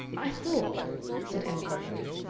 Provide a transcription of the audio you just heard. i thought said ann veronica,